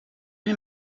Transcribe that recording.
lui